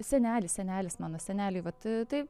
senelis senelis mano seneliui vat tai